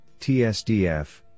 TSDF